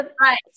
right